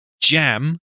jam